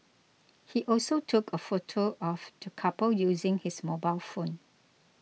he also took a photo of the couple using his mobile phone